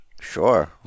Sure